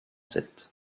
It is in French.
sept